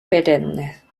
perennes